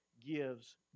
gives